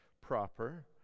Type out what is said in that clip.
proper